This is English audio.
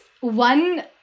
one